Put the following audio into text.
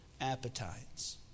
appetites